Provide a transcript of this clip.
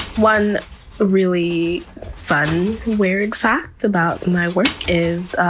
one really fun, weird, fact about my work is